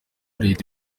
leta